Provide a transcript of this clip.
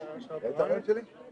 לחתום על הלוואה בסדר גודל נוסף.